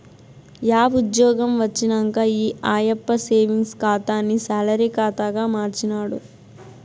yeah ఉజ్జ్యోగం వచ్చినంక ఈ ఆయప్ప సేవింగ్స్ ఖాతాని సాలరీ కాతాగా మార్చినాడు